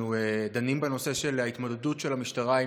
אנחנו דנים בנושא של ההתמודדות של המשטרה עם